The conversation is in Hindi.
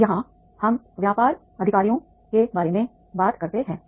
अब यहाँ हम व्यापार अधिकारियों के बारे में बात करते हैं